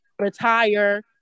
retire